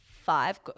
five